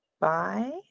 Bye